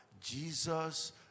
jesus